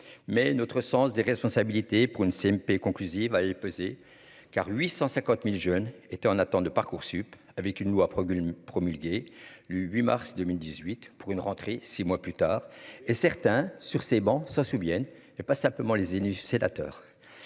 mais notre sens des responsabilités pour une CMP conclusive allait peser car 850000 jeunes étaient en attente de Parcoursup avec une loi promulguée promulgué le 8 mars 2018 pour une rentrée, 6 mois plus tard, et certains sur ces bancs se souviennent il a pas simplement les élus sénateurs